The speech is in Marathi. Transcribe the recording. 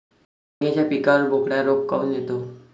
वांग्याच्या पिकावर बोकड्या रोग काऊन येतो?